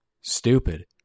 stupid